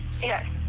Yes